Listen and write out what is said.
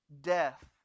death